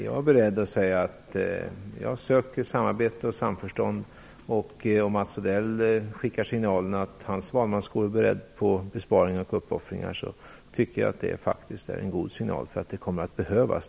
Jag söker samarbete och samförstånd. Om Mats Odell skickar signalen att hans valmanskår är beredd på besparingar och uppoffringar, tycker jag att det är en god signal.